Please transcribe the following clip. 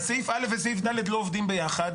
אז סעיף א' וסעיף ד' לא עובדים ביחד.